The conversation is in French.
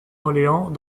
orléans